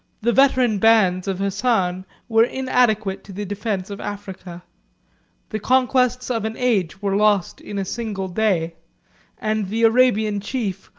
the veteran bands of hassan were inadequate to the defence of africa the conquests of an age were lost in a single day and the arabian chief,